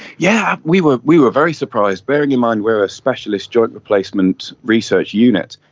yeah we were we were very surprised, bearing in mind we are a specialist joint replacement research unit,